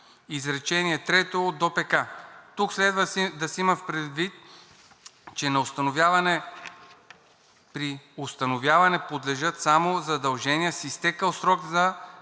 изречение трето от ДОПК. Тук следва да се има предвид, че на установяване подлежат само задължения с изтекъл срок за